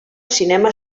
cinema